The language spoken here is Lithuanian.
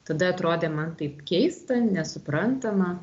tada atrodė man taip keista nesuprantama